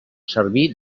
servir